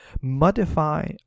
modify